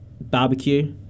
barbecue